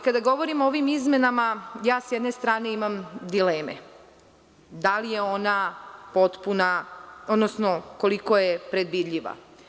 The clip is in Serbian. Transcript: Kada govorimo o ovim izmenama, sa jedne strane, imam dileme, da li je ona potpuna, odnosno koliko je predvidiva.